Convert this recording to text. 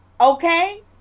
Okay